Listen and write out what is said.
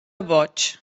boig